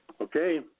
Okay